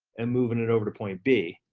and moving it over to point b.